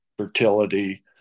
Fertility